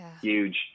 Huge